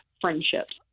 friendships